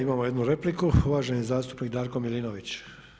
Imamo jednu repliku, uvaženi zastupnik Darko Milinović.